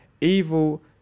Evil